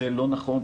זה לא נכון,